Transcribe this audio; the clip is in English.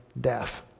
death